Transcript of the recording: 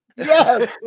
Yes